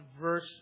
verse